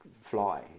fly